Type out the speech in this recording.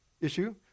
issue